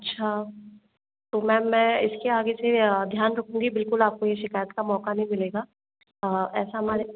अच्छा तो मैम मैं इसके आगे से ध्यान रखूंगी बिल्कुल आपको यह शिकायत का मौका नहीं मिलेगा ऐसा हमारे